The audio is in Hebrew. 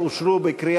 מי נגד?